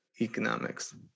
economics